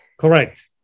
correct